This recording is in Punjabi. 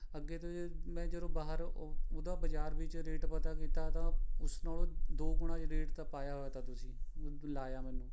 ਅੱਗੇ ਤੋਂ ਜ ਮੈਂ ਜਦੋਂ ਬਾਹਰ ਓ ਓਹਦਾ ਬਜ਼ਾਰ ਵਿੱਚ ਰੇਟ ਪਤਾ ਕੀਤਾ ਤਾਂ ਉਸ ਨਾਲੋਂ ਦੌਗੁਣਾ ਰੇਟ ਤਾਂ ਪਾਇਆ ਹੋਇਆ ਤਾ ਤੁਸੀਂ ਮ ਲਾਇਆ ਮੈਨੂੰ